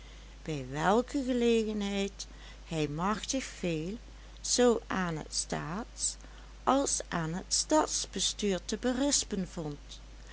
bij welke gelegenheid hij machtig veel zoo aan het staatsals aan het stadsbestuur te berispen vond